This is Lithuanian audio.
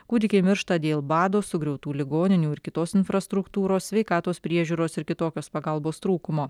kūdikiai miršta dėl bado sugriautų ligoninių ir kitos infrastruktūros sveikatos priežiūros ir kitokios pagalbos trūkumo